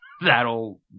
That'll